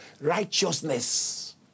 righteousness